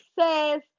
says